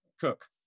cook